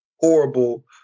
horrible